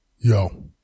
Yo